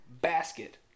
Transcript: basket